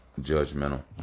judgmental